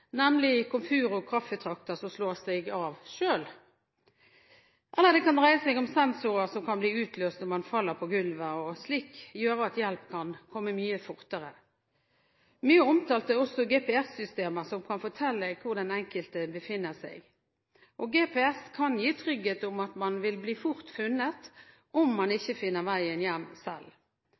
nemlig komfyr og kaffetrakter som slår seg av selv – eller sensorer som kan bli utløst når man faller på gulvet, og slik gjøre at hjelp kan komme mye fortere. Mye omtalt er også GPS-systemer, som kan fortelle hvor den enkelte befinner seg. GPS kan gi trygghet for at man vil bli funnet fort om man ikke finner veien hjem selv.